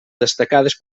destacades